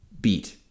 beat